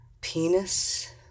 penis